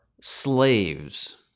slaves